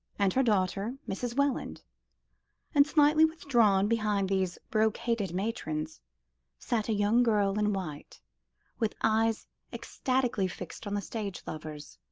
and her daughter, mrs. welland and slightly withdrawn behind these brocaded matrons sat a young girl in white with eyes ecstatically fixed on the stagelovers.